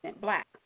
black